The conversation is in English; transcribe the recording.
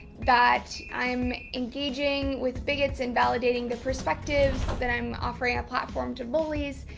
that i'm engaging with bigots and validating the perspectives, that i'm offering a platform to bullies,